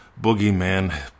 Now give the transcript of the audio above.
boogeyman